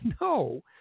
no